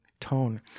tone